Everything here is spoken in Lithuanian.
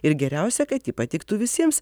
ir geriausia kad ji patiktų visiems